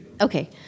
Okay